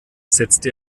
setzte